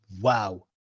wow